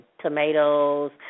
tomatoes